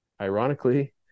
Ironically